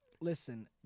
listen